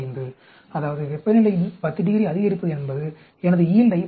35 அதாவது வெப்பநிலையை 10 டிகிரி அதிகரிப்பது எனது யீல்டை 11